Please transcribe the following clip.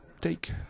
take